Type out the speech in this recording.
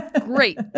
Great